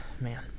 man